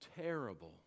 terrible